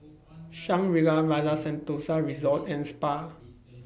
Shangri La's Rasa Sentosa Resort and Spa